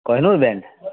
Kohinoor band